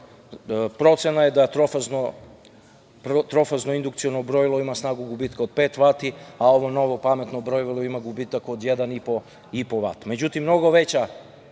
Procena je da trofazno indukciono brojilo ima snagu gubitka od pet vati, a ovo novo pametno brojilo ima gubitak od 1,5 vati. Međutim, mnogo veće